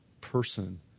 person